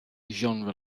genre